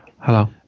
Hello